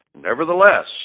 Nevertheless